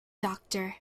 doctor